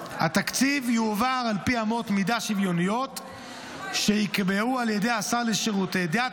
התקציב יועבר על פי אמות מידה שוויוניות שיקבעו על ידי השר לשירותי דת,